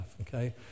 okay